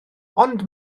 ond